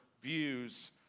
views